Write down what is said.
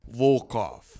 Volkov